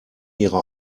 ihre